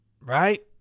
right